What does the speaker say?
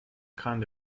kind